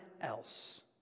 else